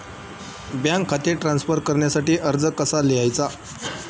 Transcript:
Bank खाते transfer करण्यासाठी अर्ज कसा लिहायचा?